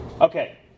Okay